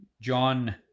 John